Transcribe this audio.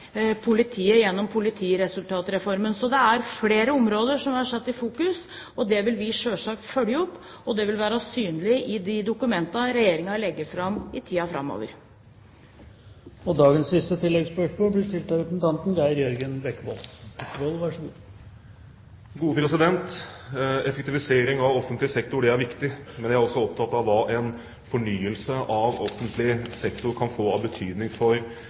politiet gjennom politiresultatreformen. Det er flere områder som er satt i fokus, og det vil vi selvsagt følge opp, og det vil være synlig i de dokumentene Regjeringen legger fram i tiden framover. Geir Jørgen Bekkevold – til oppfølgingsspørsmål. Effektivisering av offentlig sektor er viktig, men jeg er også opptatt av hva en fornyelse av offentlig sektor kan få av betydning for